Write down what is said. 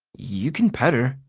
you can pet her.